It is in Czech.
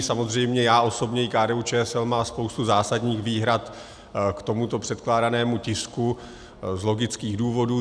Samozřejmě já osobně i KDUČSL má spoustu zásadních výhrad k tomuto předkládanému tisku z logických důvodů.